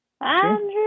Andrew